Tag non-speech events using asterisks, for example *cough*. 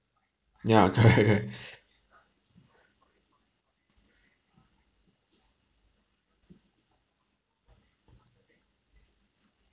ya *laughs* correct *breath*